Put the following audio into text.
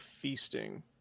feasting